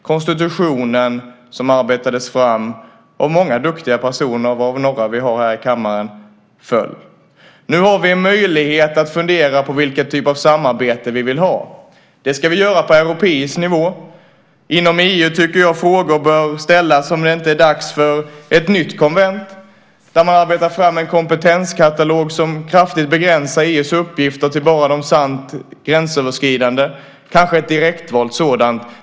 Konstitutionen, som arbetades fram av många duktiga personer varav vi har några här i kammaren, föll. Nu har vi en möjlighet att fundera på vilken typ av samarbete vi vill ha. Det ska vi göra på europeisk nivå. Inom EU tycker jag att frågan bör ställas om det inte är dags för ett nytt konvent där man arbetar fram en kompetenskatalog som kraftigt begränsar EU:s uppgifter till bara de sant gränsöverskridande, kanske ett direktvalt sådant.